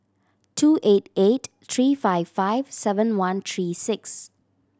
two eight eight three five five seven one three six